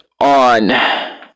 On